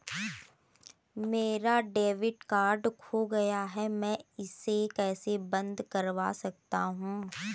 मेरा debit card खो गया है मैं इसे कैसे बंद करवा सकता हूँ?